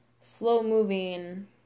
slow-moving